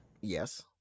yes